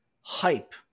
hype